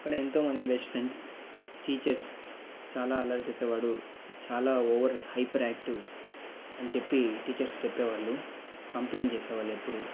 ఇక్కడ ఎంతో మంది బెస్ట్ ఫ్రెండ్స్ టీచర్స్ చాలా అల్లరి చేసేవాడు చాలా ఓవర్ హైపరాక్టివ్ అని చెప్పి టీచర్స్ చెప్పేవాళ్ళు కంప్లయింట్ చేసేవాళ్ళు ఎప్పుడూ